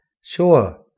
Sure